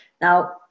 Now